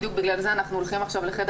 בדיוק בגלל זה אנחנו הולכים עכשיו לחדר